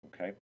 okay